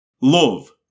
Love